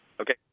Okay